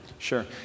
Sure